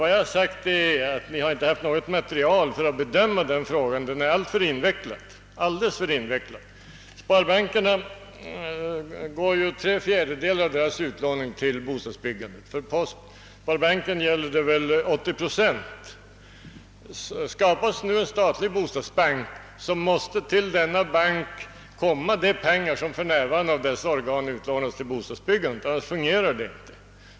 Vad jag har sagt är att ni inte haft något material för att bedöma denna fråga. Den är alldeles för invecklad. Tre fjärdedelar av sparbankernas utlåning går till bostadsbyggandet liksom ungefär 80 procent av postbankens. Skapas nu en statlig bostadsbank, måste till denna föras de pengar som för närvarande av dessa organ utlånas till bostadsbyggandet, annars fungerar inte systemet.